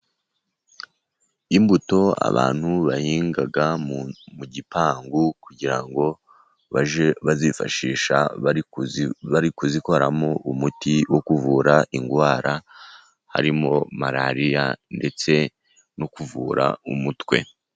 Imbuto abantu bahinga mu gipangu, kugira ngo bajye bazifashisha bari kuzikoramo umuti wo kuvura indwara, harimo Malariya ndetse no kuvura umutwe.